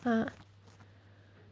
ah